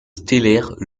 stellaire